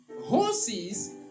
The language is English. horses